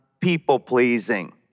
people-pleasing